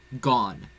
Gone